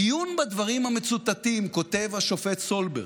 "עיון בדברים המצוטטים", כותב השופט סולברג,